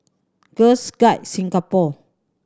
Girls Guide Singapore